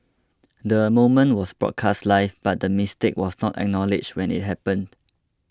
the moment was broadcast live but the mistake was not acknowledged when it happened